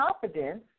confidence